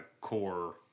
core